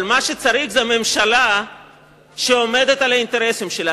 מה שצריך זה ממשלה שעומדת על האינטרסים שלה.